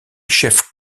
chefs